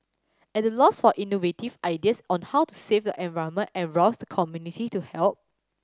at a loss for innovative ideas on how to save the environment and rouse the community to help